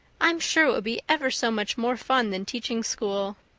i'm sure it would be ever so much more fun than teaching school.